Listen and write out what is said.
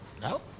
No